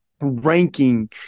ranking